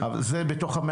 זה בתוך ה-